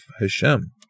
Hashem